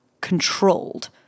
controlled